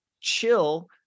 chill